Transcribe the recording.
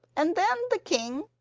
and then the king,